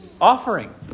offering